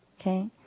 Okay